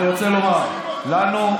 אני רוצה לומר: לנו,